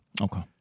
Okay